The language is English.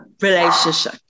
relationship